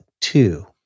two